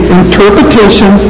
interpretation